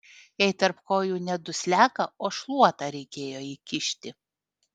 jai tarp kojų ne dusliaką o šluotą reikėjo įkišti